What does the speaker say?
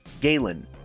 Galen